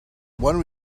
one